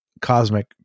cosmic